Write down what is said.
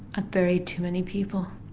ah buried too many people,